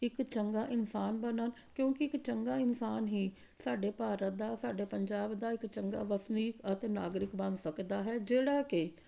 ਇੱਕ ਚੰਗਾ ਇਨਸਾਨ ਬਣਨ ਕਿਉਂਕਿ ਇੱਕ ਚੰਗਾ ਇਨਸਾਨ ਹੀ ਸਾਡੇ ਭਾਰਤ ਦਾ ਸਾਡੇ ਪੰਜਾਬ ਦਾ ਇੱਕ ਚੰਗਾ ਵਸਨੀਕ ਅਤੇ ਨਾਗਰਿਕ ਬਣ ਸਕਦਾ ਹੈ ਜਿਹੜਾ ਕਿ